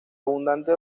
abundante